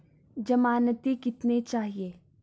ज़मानती कितने चाहिये?